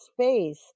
space